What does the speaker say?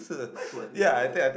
nice what it's very nice